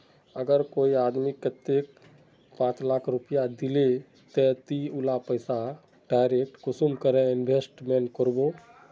अगर कोई आदमी कतेक पाँच लाख रुपया दिले ते ती उला पैसा डायरक कुंसम करे इन्वेस्टमेंट करबो?